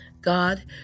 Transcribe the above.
God